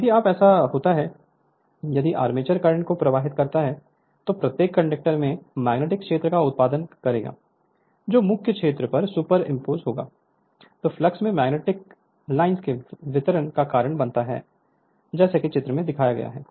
यदि अब ऐसा होता है यदि आर्मेचर करंट को प्रवाहित करता है तो प्रत्येक कंडक्टर एक मैग्नेटिक क्षेत्र का उत्पादन करेगा जो मुख्य क्षेत्र पर सुपरिंपोज होने पर फ्लक्स के मैग्नेट मैग्नेटिक लाइनों के वितरण का कारण बनता है जैसा कि चित्र एक में दिखाया गया है